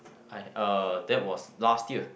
I uh that was last year